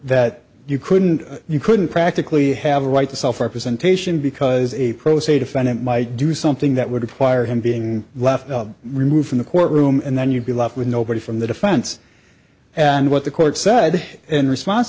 that you couldn't you couldn't practically have a right to self representation because a pro se defendant might do something that would require him being left removed from the court room and then you'd be left with nobody from the defense and what the court said in response